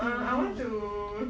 err I want to